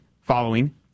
following